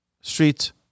street